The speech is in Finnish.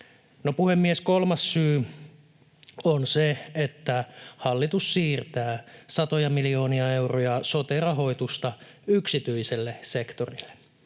No, puhemies, kolmas syy on se, että hallitus siirtää satoja miljoonia euroja sote-rahoitusta yksityiselle sektorille.